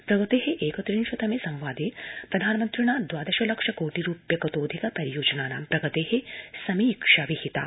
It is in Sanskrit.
प्रगते एकत्रिंश तमे संवादे प्रधानमन्त्रिणा द्वादश लक्ष कोटि रूप्यकतोऽधिक परियोजनानां प्रगते समीक्षा विहिता